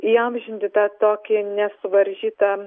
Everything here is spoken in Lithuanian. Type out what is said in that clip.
įamžinti tą tokį nesuvaržytą